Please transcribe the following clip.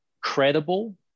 credible